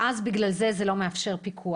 ואז בגלל זה, זה לא מאפשר פיקוח.